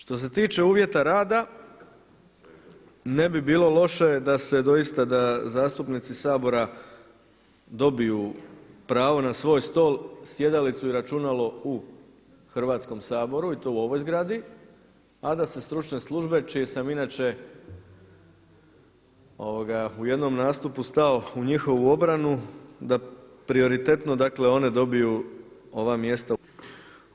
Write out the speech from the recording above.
Što se tiče uvjeta rada, ne bi bilo loše da se doista, da zastupnici Sabora dobiju pravo na svoj stol, sjedalicu i računalo u Hrvatskom saboru i to u ovoj zgradi, a da se stručne službe čije sam inače u jednom nastupu stao u njihovu obranu da prioritetno dakle one dobiju ova mjesta u Demetrovoj ulici.